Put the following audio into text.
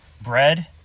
bread